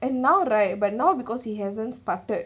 and now right but now because he hasn't started